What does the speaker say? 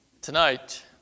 Tonight